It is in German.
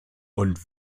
und